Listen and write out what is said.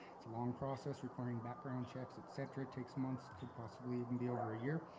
it's a long process requiring background checks, et cetera. takes months, could possibly even be over a year.